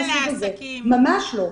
ממש לא.